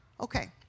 Okay